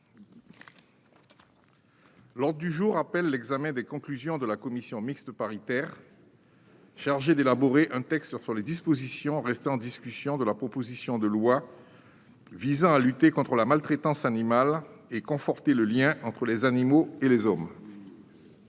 L'ordre du jour appelle l'examen des conclusions de la commission mixte paritaire chargée d'élaborer un texte sur les dispositions restant en discussion de la proposition de loi visant à lutter contre la maltraitance animale et conforter le lien entre les animaux et les hommes